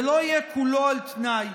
ולא יהיה כולו על תנאי,